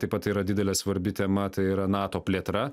taip pat yra didelė svarbi tema tai yra nato plėtra